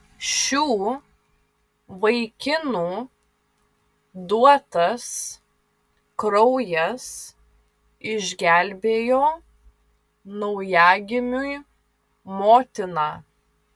šių vaikinų duotas kraujas išgelbėjo naujagimiui motiną